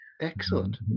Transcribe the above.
Excellent